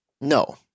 No